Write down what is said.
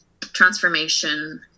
transformation